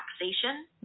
relaxation